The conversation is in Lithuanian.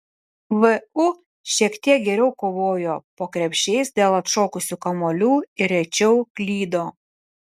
vu šiek tiek geriau kovojo po krepšiais dėl atšokusių kamuolių ir rečiau klydo